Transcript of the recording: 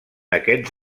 aquests